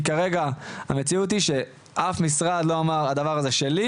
כי כרגע המציאות היא שאף משרד לא אומר "הדבר הזה שלי,